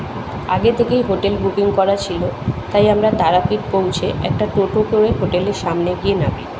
আগে থেকেই hotel booking করা ছিল তাই আমরা তারাপীঠ পৌঁছে একটা টোটো করে হোটেলের সামনে গিয়ে নামি